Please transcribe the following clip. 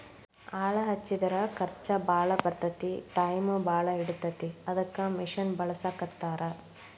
ಆಳ ಹಚ್ಚಿದರ ಖರ್ಚ ಬಾಳ ಬರತತಿ ಟಾಯಮು ಬಾಳ ಹಿಡಿತತಿ ಅದಕ್ಕ ಮಿಷನ್ ಬಳಸಾಕತ್ತಾರ